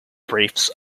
briefs